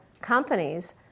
companies